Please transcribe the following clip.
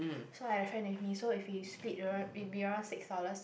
so I had a friend with me so if we split it be around six dollars